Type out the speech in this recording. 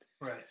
Right